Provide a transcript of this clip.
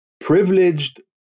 privileged